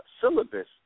syllabus